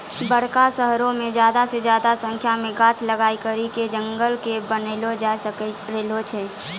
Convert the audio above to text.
बड़का शहरो मे ज्यादा से ज्यादा संख्या मे गाछ लगाय करि के जंगलो के बनैलो जाय रहलो छै